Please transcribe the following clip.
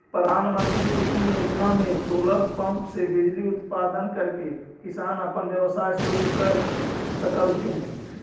प्रधानमंत्री कुसुम योजना में सोलर पंप से बिजली उत्पादन करके किसान अपन व्यवसाय शुरू कर सकलथीन हे